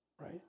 right